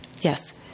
Yes